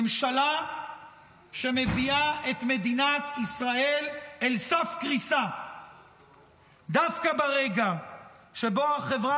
ממשלה שמביאה את מדינת ישראל אל סף קריסה דווקא ברגע שבו החברה